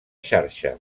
xarxa